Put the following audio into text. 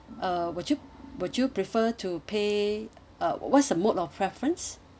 uh would you would you prefer to pay uh what's the mode of preference